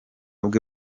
bwe